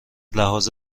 لحاظ